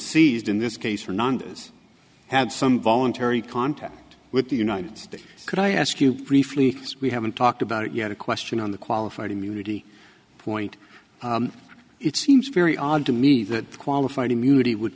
seized in this case fernandez had some voluntary contact with the united states could i ask you briefly we haven't talked about yet a question on the qualified immunity point it seems very odd to me that qualified immunity would